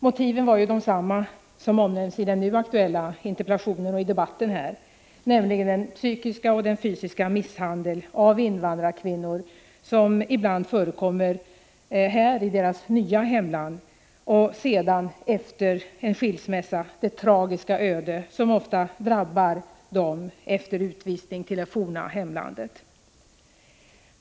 Motiven var desamma som de som omnämns i den nu aktuella interpellationen och i dagens debatt, nämligen den psykiska och fysiska misshandel av invandrarkvinnor som ibland förekommer här i deras nya hemland och det tragiska öde som efter en skilsmässa och efter en utvisning till det forna hemlandet ofta drabbar dem.